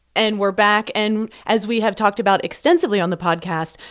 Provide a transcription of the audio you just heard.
and we're back. and as we have talked about extensively on the podcast,